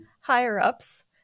higher-ups